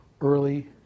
early